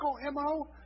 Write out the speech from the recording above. MO